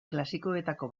klasikoetako